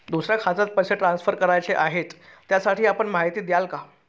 दुसऱ्या खात्यात पैसे ट्रान्सफर करायचे आहेत, त्यासाठी आपण माहिती द्याल का?